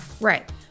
Right